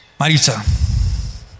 Marisa